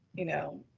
you know,